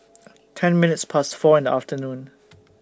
ten minutes Past four in The afternoon